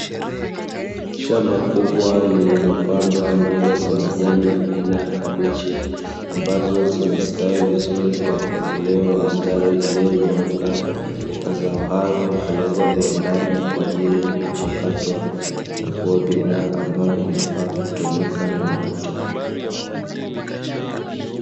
Shamba kubwa lililopandwa mboga za majani aina ya kabichi ambazo zimestawi vizuri kwa mpangilio wa mistari iliyonyooka, mazao hayo hupelekwa viwandani kwa ajili ya kuchakatwa na kuwa bidhaa ambayo inafaa kutumika na watu.